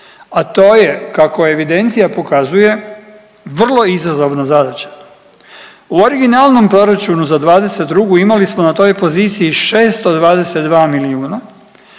a to je kako evidencija pokazuje vrlo izazovna zadaća. U originalnom proračunu za '22. imali smo na toj poziciji 622 milijuna,